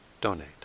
donate